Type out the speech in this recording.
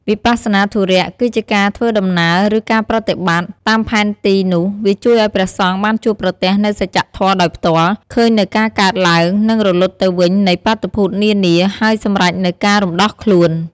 វិបស្សនាធុរៈ គឺជាការធ្វើដំណើរ ឬ ការប្រតិបត្តិ តាមផែនទីនោះ វាជួយឱ្យព្រះសង្ឃបានជួបប្រទះនូវសច្ចធម៌ដោយផ្ទាល់ ឃើញនូវការកើតឡើង និងរលត់ទៅវិញនៃបាតុភូតនានា ហើយសម្រេចនូវការរំដោះខ្លួន។